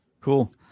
Cool